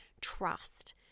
trust